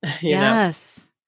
Yes